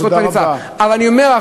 אבל אני אומר,